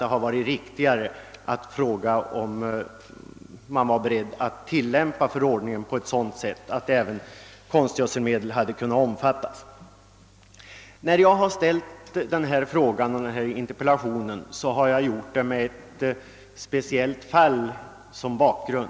Det hade varit riktigare att fråga om statsrådet var beredd att tilllämpa förordningen på ett sådant sätt att den även omfattade konstgödselmedel. Jag har vid utarbetandet av min interpellation haft ett speciellt fall som bakgrund.